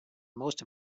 most